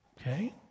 Okay